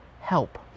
help